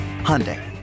Hyundai